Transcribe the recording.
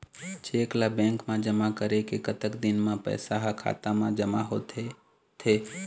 Cheque ला bank मा जमा करे के कतक दिन मा पैसा हा खाता मा जमा होथे थे?